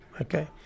Okay